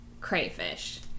crayfish